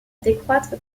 décroître